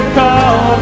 call